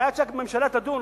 הרי עד שהממשלה תדון,